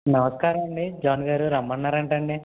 నమస్కారమండి జాన్ గారు రమ్మన్నారంటండి